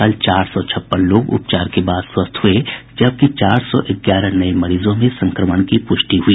कल चार सौ छप्पन लोग उपचार के बाद स्वस्थ हुए जबकि चार सौ ग्यारह नए मरीजों में संक्रमण की पुष्टि हुई